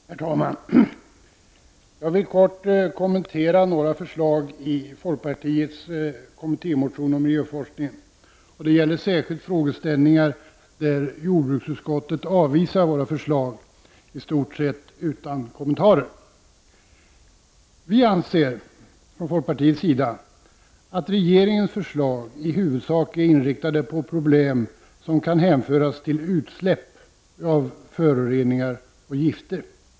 Herr talman! Jag vill kort kommentera några förslag i folkpartiets kommittémotion om miljöforskning. Det gäller särskilt frågeställningar där jordbruksutskottet avvisar våra förslag, i stort sett utan kommentarer. Vi anser att regeringens förslag i huvudsak är inriktade på problem som kan hänföras till utsläpp av föroreningar och gifter.